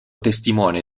testimone